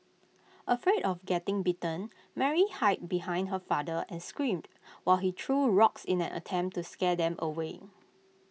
afraid of getting bitten Mary hid behind her father and screamed while he threw rocks in an attempt to scare them away